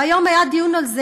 והיום היה דיון על זה,